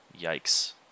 Yikes